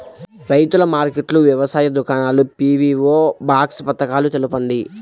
రైతుల మార్కెట్లు, వ్యవసాయ దుకాణాలు, పీ.వీ.ఓ బాక్స్ పథకాలు తెలుపండి?